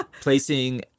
placing